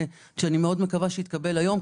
שאני מאוד מקווה שיתקבל היום,